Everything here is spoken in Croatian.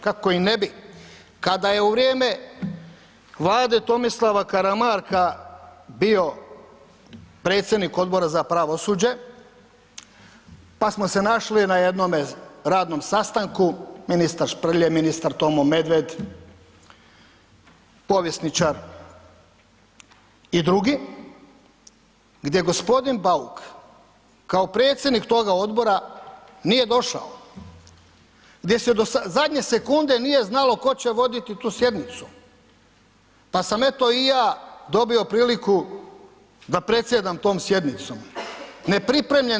Kako i ne bi kada je u vrijeme Vlade Tomislava Karamarka bio predsjednik Odbora za pravosuđe, pa smo se našli na jednome radnom sastanku ministar Šprlje, ministar Tomo Medved, povjesničar i drugi gdje gospodin Bauk kao predsjednik toga Odbora nije došao, gdje se do zadnje sekunde nije znalo tko će voditi tu sjednicu, pa sam eto i ja dobio priliku da predsjedam tom sjednicom nepripremljen.